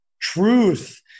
truth